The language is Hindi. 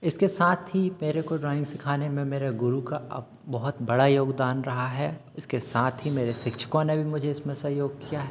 इसके साथ ही मेरे को ड्राइंग सिखाने में मेरे गुरु का बहुत बड़ा योगदान रहा है इसके साथ हीं मेरे शिक्षकों ने भी इसमें सहयोग किया है